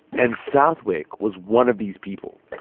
and southwick was one of these people.